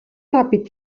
ràpid